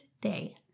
day